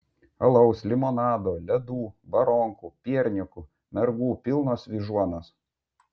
alaus limonado ledų baronkų piernykų mergų pilnos vyžuonos